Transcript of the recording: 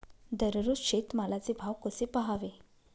दररोज शेतमालाचे भाव कसे पहावे?